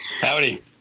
Howdy